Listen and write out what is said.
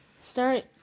Start